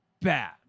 bad